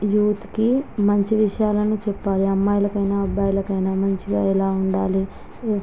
యూత్కి మంచి విషయాలను చెప్పాలి అమ్మాయిలకైనా అబ్బాయిలకైనా మంచిగా ఎలా ఉండాలి